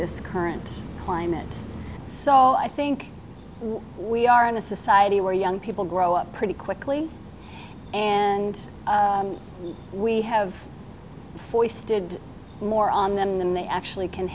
this current climate so i think we are in a society where young people grow up pretty quickly and we have foisted more on them than they actually can